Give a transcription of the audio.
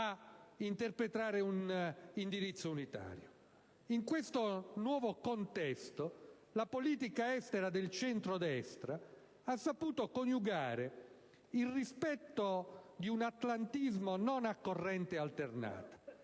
a interpretare un indirizzo unitario. In questo nuovo contesto la politica estera del centrodestra ha saputo coniugare il rispetto di un atlantismo non a corrente alternata,